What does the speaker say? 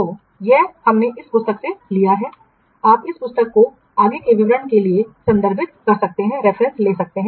तो यह बात हमने इस पुस्तक से ली है आप इस पुस्तक को आगे के विवरण के लिए संदर्भित कर सकते हैं